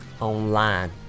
online